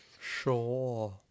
Sure